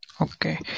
Okay